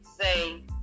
say